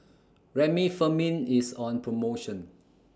Remifemin IS on promotion